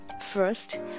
first